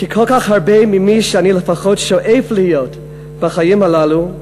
כי כל כך הרבה ממי שאני לפחות שואף להיות בחיים הללו,